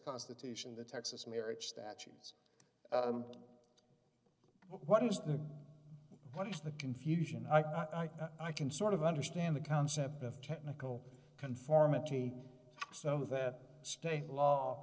constitution the texas marriage statues what is what is the confusion i can sort of understand the concept of technical conformity some of that state law